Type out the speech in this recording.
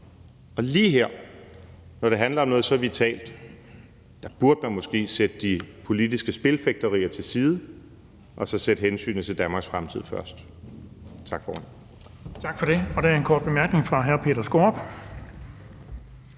jo. Lige her, når det handler om noget så vitalt, burde man måske sætte de politiske spilfægterier til side og så sætte hensynet til Danmarks fremtid først. Tak, formand.